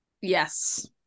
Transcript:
yes